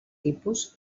tipus